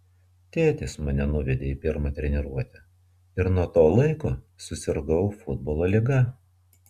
tėtis mane nuvedė į pirmą treniruotę ir nuo to laiko susirgau futbolo liga